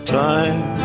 time